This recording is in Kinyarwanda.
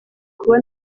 kuba